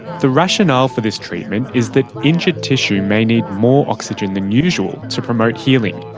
the rationale for this treatment is that injured tissue may need more oxygen than usual to promote healing.